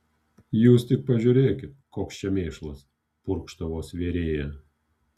jūs tik pažiūrėkit koks čia mėšlas purkštavo svėrėja